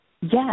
Yes